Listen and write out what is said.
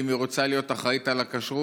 אם היא רוצה להיות אחראית לכשרות,